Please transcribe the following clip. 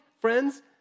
friends